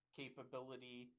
capability